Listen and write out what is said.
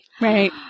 Right